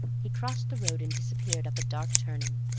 he crossed the road and disappeared up a dark turning.